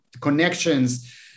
connections